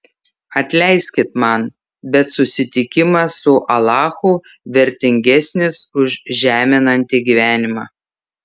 atleiskit man bet susitikimas su alachu vertingesnis už žeminantį gyvenimą